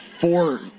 four